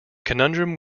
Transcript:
conundrum